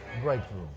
Breakthrough